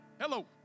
Hello